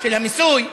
של המיסוי,